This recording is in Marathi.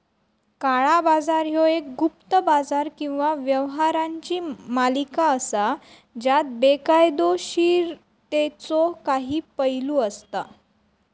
काळा बाजार ह्यो एक गुप्त बाजार किंवा व्यवहारांची मालिका असा ज्यात बेकायदोशीरतेचो काही पैलू असता